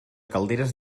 calderes